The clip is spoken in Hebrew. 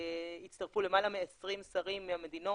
הצטרפו למעלה מ-20 שרים מהמדינות,